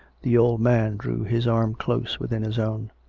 the old man drew his arm close within his own.